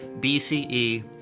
BCE